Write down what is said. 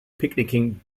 picnicking